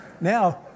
now